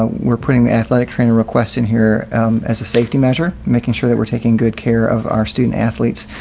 ah we're putting the athletic trainer requests in here as a safety measure, making sure that we're taking good care of our student athletes.